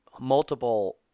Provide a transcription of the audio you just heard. multiple